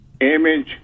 image